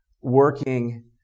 working